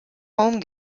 home